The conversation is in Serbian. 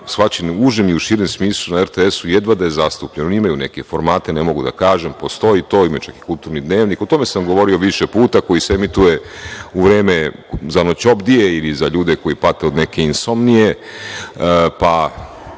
shvaćeno u užem i u širem smislu na RTS-u jedva da je zastupljen. Oni imaju neke formate, ne mogu da kažem, postoji to, imaju čak i kulturni dnevnik, o tome sam govorio više puta, koji se emituje u vreme zanoćobdije ili za ljude koji pate od neke insomnije,